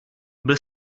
byl